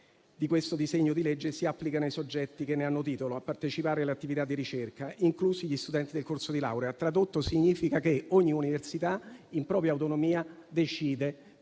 di questo disegno di legge si applicano ai soggetti che hanno titolo a partecipare alle attività di ricerca, inclusi gli studenti del corso di laurea. Ciò tradotto significa che ogni università, in propria autonomia, decide